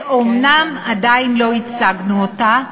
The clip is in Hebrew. אומנם עדיין לא הצגנו אותה,